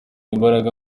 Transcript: imbaraga